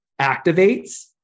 activates